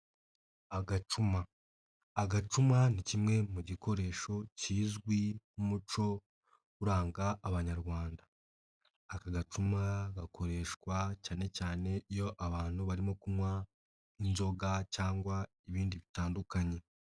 Agacuma. Agacuma ni kimwe mu gikoresho kizwi nk'umuco uranga Abanyarwanda. Aka gacuma gakoreshwa cyane cyane iyo abantu barimo kunywa inzoga cyangwa ibindi bitandukanye.